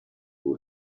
who